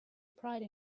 pride